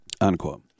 Unquote